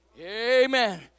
Amen